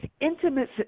intimate